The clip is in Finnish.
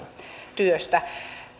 työstä